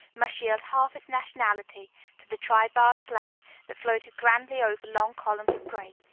must yield half its nationality to the tri-barred flag that floated grandly over long columns of gray.